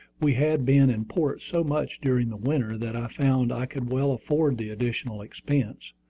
we had been in port so much during the winter that i found i could well afford the additional expense,